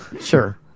Sure